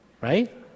right